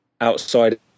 outside